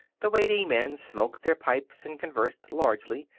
the waiting men smoked their pipes and conversed largely.